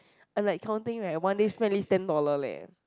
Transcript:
I like counting like one day spend at least ten dollar leh